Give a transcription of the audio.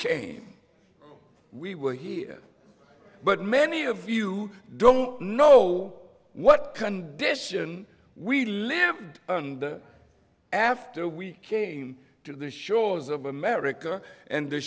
came we were here but many of you don't know what condition we live under after we came to the shores of america and the